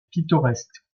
pittoresque